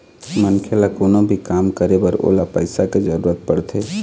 मनखे ल कोनो भी काम करे बर ओला पइसा के जरुरत पड़थे